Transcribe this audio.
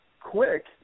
quick